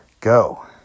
go